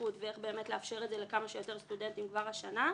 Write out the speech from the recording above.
זכות ואיך באמת לאפשר את זה לכמה שיותר סטודנטים כבר השנה.